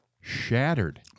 Shattered